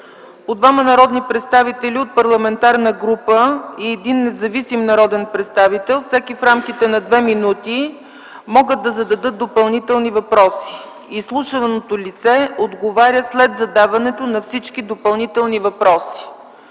двама народни представители от парламентарна група и един независим народен представител, всеки от тях, в рамките на две минути може да зададе допълнителни въпроси. Изслушваното лице отговаря след задаването на всички допълнителни въпроси.